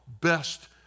best